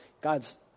God's